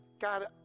God